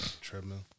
treadmill